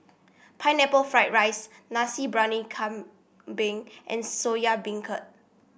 Pineapple Fried Rice Nasi Briyani Kambing and Soya Beancurd